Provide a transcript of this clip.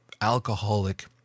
alcoholic